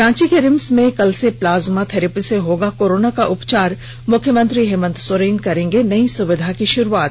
रांची के रिम्स में कल से प्लाज्मा थेरेपी से होगा कोरोना का उपचार मुख्यमंत्री हेमंत सोरेन करेंगे नई सुविधा की शुरूआत